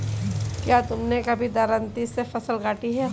क्या तुमने कभी दरांती से फसल काटी है?